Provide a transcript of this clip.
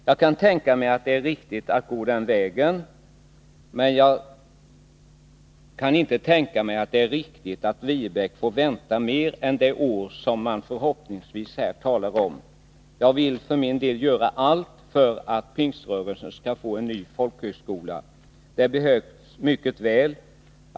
Jag kan tänka mig att det är riktigt att gå den vägen, men jag kan inte tänka mig att det är riktigt att Viebäck får vänta mer än det år som man förhoppningsvis här talar om. Jag vill för min del göra allt för att Pingströrelsen skall få en ny folkhögskola. Den behövs mycket väl.